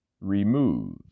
remove